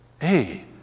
Hey